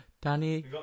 Danny